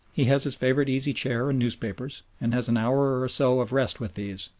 he has his favourite easy-chair and newspapers, and has an hour or so of rest with these,